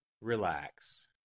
Relax